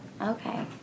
Okay